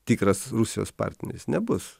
tikras rusijos partneris nebus